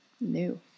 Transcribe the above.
new